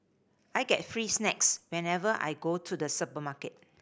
I get free snacks whenever I go to the supermarket